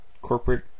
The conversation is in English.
corporate